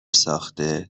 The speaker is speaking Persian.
ساخته